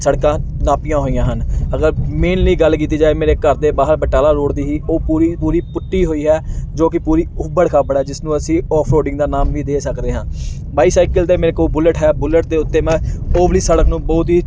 ਸੜਕਾਂ ਨਾਪੀਆਂ ਹੋਈਆਂ ਹਨ ਅਗਰ ਮੇਨਲੀ ਗੱਲ ਕੀਤੀ ਜਾਏ ਮੇਰੇ ਘਰ ਦੇ ਬਾਹਰ ਬਟਾਲਾ ਰੋਡ ਦੀ ਹੀ ਉਹ ਪੂਰੀ ਪੂਰੀ ਪੁੱਟੀ ਹੋਈ ਹੈ ਜੋ ਕਿ ਪੂਰੀ ਉਬੜ ਖਾਬੜ ਹੈ ਜਿਸ ਨੂੰ ਅਸੀਂ ਔਫ ਰੋਡਿੰਗ ਦਾ ਨਾਮ ਵੀ ਦੇ ਸਕਦੇ ਹਾਂ ਬਾਈਸਾਈਕਲ 'ਤੇ ਮੇਰੇ ਕੋਲ ਬੁਲਟ ਹੈ ਬੁਲਟ ਦੇ ਉੱਤੇ ਮੈਂ ਉਹ ਵਾਲੀ ਸੜਕ ਨੂੰ ਬਹੁਤ ਹੀ